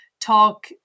talk